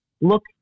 look